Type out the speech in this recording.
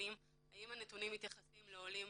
מהנתונים האם הנתונים מתייחסים לעולים